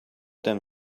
them